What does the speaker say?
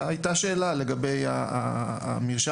הייתה שאלה לגבי המרשם,